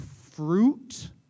fruit